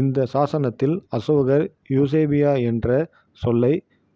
இந்த சாசனத்தில் அசோகர் யூசேபியா என்ற சொல்லை